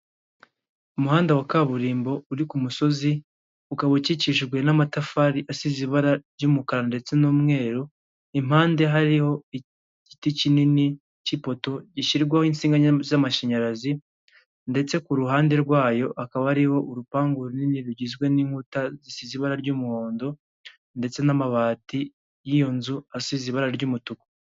Umuhanda wa kaburimbo uri ku musozi, ukaba ukikikijwe n'amatafari asize ibara ry'umukara ndetse n'umweru, impande hariho igiti kinini cy'ipoto, gishyirwaho insinga z'amashanyarazi ndetse ku ruhande rwayo hakaba hariho urupangu runini, rugizwe n'inkuta zisize ibara ry'umuhondo ndetse n'amabati y'iyo nzu asize ibara ry'umutuku.